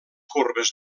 corbes